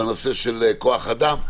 בנושא של כוח אדם?